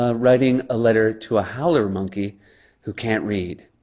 ah writing a letter to a howler monkey who can't read.